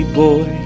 boy